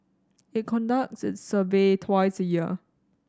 it conducts its survey twice a year